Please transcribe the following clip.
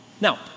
Now